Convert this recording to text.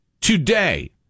today